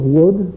wood